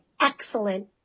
excellent